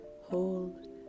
hold